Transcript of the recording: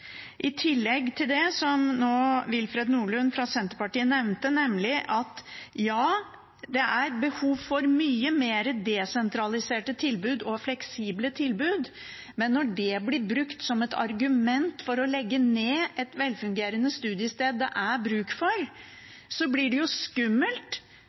Willfred Nordlund fra Senterpartiet nevnte at det er behov for mange flere desentraliserte og fleksible tilbud, men når det blir brukt som et argument for å legge ned et velfungerende studiested som det er bruk